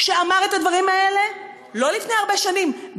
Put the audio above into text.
שאמר את הדברים האלה לא לפני הרבה שנים,